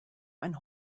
ein